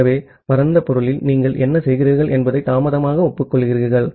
ஆகவே பரந்த பொருளில் நீங்கள் என்ன செய்கிறீர்கள் என்பதை தாமதமாக ஒப்புக்கொள்கிறீர்களா